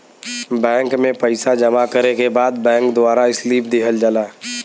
bank में पइसा जमा करे के बाद बैंक द्वारा स्लिप दिहल जाला